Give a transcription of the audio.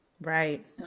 Right